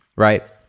right?